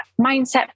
mindset